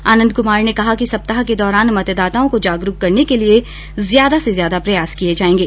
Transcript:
आनन्द कुमार ने कहा कि सप्ताह के दौरान मतदाताओं को जागरूक करने के लिए ज्यादा से ज्यादा प्रयास किए जाएंगे